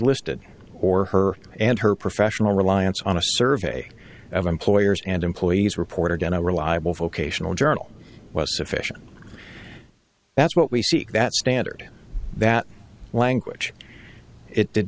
listed or her and her professional reliance on a survey of employers and employees report again a reliable vocational journal was sufficient that's what we see that standard that language it did